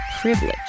privilege